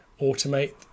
automate